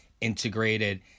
integrated